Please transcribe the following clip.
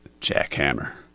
Jackhammer